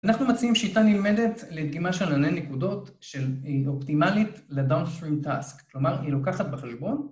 ‫אנחנו מציעים שיטה נלמדת ‫לדגימה של עניין נקודות ‫של אופטימלית לדאונס פריים טאסק, ‫כלומר, היא לוקחת בחשבון...